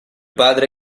padre